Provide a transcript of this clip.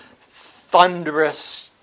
thunderous